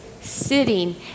sitting